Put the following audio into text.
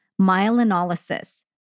myelinolysis